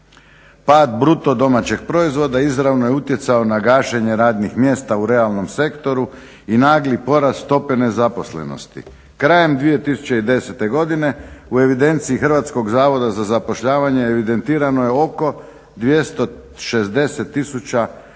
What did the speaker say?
kretanja. Pad BDP-a izravno je utjecao na gašenje radnih mjesta u realnom sektoru i nagli porast stope nezaposlenosti. Krajem 2010. godine u evidenciji Hrvatskog zavoda za zapošljavanje evidentirano je oko 260 tisuća